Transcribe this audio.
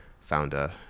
founder